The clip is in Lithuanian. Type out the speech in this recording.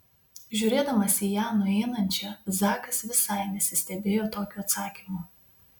žiūrėdamas į ją nueinančią zakas visai nesistebėjo tokiu atsakymu